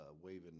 waving